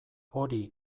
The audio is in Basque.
hori